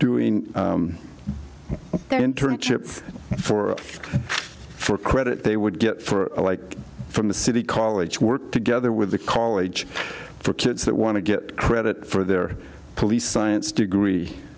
their internal chip for for credit they would get for like from the city college work together with the college kids that want to get credit for their police science degree